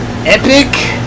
Epic